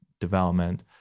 development